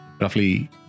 roughly